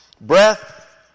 breath